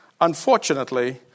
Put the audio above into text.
unfortunately